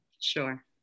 Sure